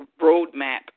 roadmap